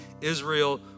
Israel